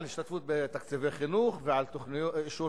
על השתתפות בתקציבי חינוך ועל אישור